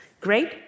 great